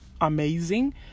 amazing